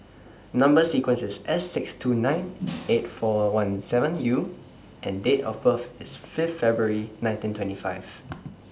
Number sequence IS S six two nine eight four one seven U and Date of birth IS Fifth February nineteen twenty five